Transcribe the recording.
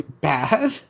bad